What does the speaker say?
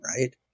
right